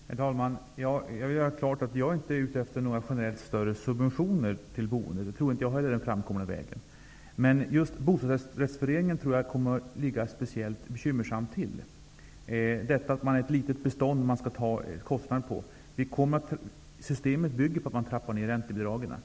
Herr talman! Jag vill göra klart att jag inte är ute efter några generellt större subventioner till boendet. Det tror inte jag heller är den framkomliga vägen. Men just bostadsrättsföreningarna tror jag kommer att ligga speciellt bekymmersamt till. Kostnaderna skall tas ut på ett litet bestånd. Systemet bygger på att man trappar ned räntebidragen.